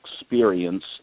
experience